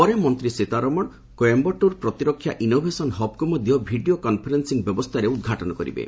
ପରେ ମନ୍ତ୍ରୀ ସୀତାରମଣ କୋଏମ୍ଘାଟୁର୍ ପ୍ରତିରକ୍ଷା ଇନୋଭେସନ୍ ହବ୍କୁ ମଧ୍ୟ ଭିଡ଼ିଓ କନ୍ଫରେନ୍ସିଂ ବ୍ୟବସ୍ଥାରେ ଉଦ୍ଘାଟନ କରିବେ